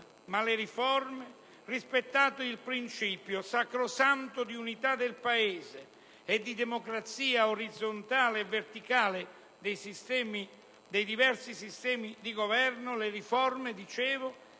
ma le riforme - rispettato il principio sacrosanto di unità del Paese e di democrazia orizzontale e verticale dei diversi sistemi di governo - impongono